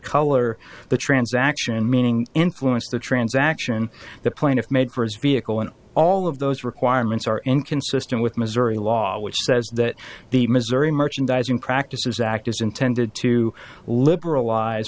color the transaction meaning influence the transaction the plaintiff made for his vehicle and all of those requirements are inconsistent with missouri law which says that the missouri merchandising practices act is intended to liberalize